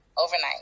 overnight